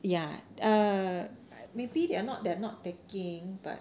ya err maybe they're not they're not taking but